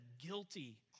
guilty